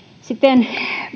siten